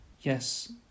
Yes